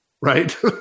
right